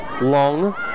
Long